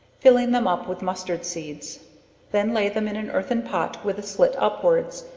filling them up with mustard-seeds then lay them in an earthern pot with the slit upwards,